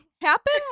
happen